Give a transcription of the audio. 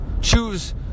Choose